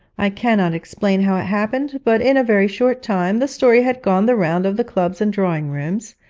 i cannot explain how it happened, but in a very short time the story had gone the round of the clubs and drawing-rooms,